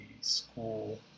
school